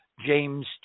James